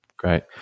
Great